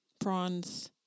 prawns